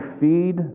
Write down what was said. feed